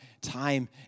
time